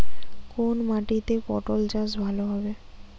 কোন মাটিতে পটল চাষ ভালো হবে?